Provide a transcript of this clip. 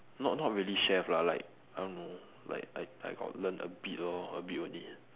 not not really chef lah like I don't know like I I got learn a bit lor a bit only